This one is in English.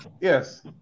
Yes